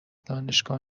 دانشگاه